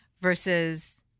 versus